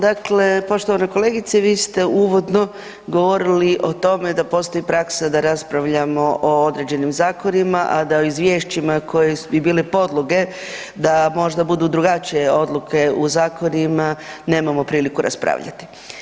Dakle, poštovana kolegice vi ste uvodno govorili o tome da postoji praksa da raspravljamo o određenim zakonima, a da u izvješćima koji bi bile podloge da možda budu drugačije odluke u zakonima nemamo priliku raspravljati.